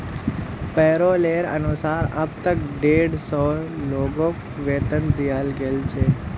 पैरोलेर अनुसार अब तक डेढ़ सौ लोगक वेतन दियाल गेल छेक